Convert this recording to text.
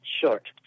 short